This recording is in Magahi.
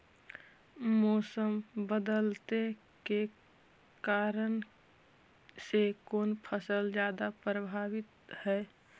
मोसम बदलते के कारन से कोन फसल ज्यादा प्रभाबीत हय?